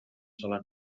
sola